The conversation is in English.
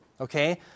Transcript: Okay